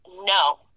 no